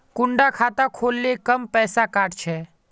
कुंडा खाता खोल ले कम पैसा काट छे?